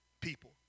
people